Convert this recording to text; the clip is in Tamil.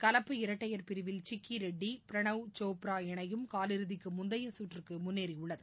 கலப்பு இரட்டையர் பிரிவில் சிக்கிரெட்டி பிரணாவ் சோப்ரா இணையும் காலிறதிக்கு முந்தைய கற்றக்கு முன்னேறியுள்ளது